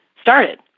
started